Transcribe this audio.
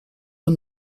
and